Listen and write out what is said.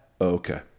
Okay